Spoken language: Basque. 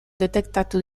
detektatu